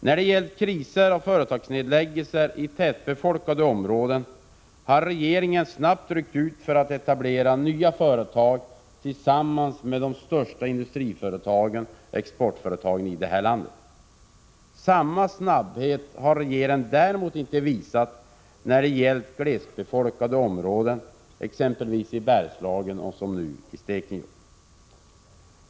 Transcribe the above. När det gällt kriser och företagsnedläggelser i tätbefolkade områden har regeringen — tillsammans med de största industriföretagen, exportföretagen i detta land — snabbt ryckt ut för att etablera nya företag. Samma snabbhet har regeringen däremot inte visat när det gällt glesbefolkade områden, exempelvis i Bergslagen och som nu i Stekenjokk.